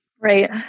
Right